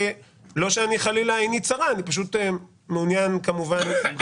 לא שעיני צרה, חלילה, פשוט מעניין אותי לדעת.